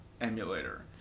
emulator